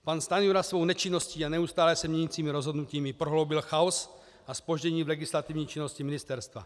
Pan Stanjura svou nečinností a neustále se měnícími rozhodnutími prohloubil chaos a zpoždění v legislativní činnosti ministerstva.